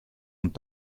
und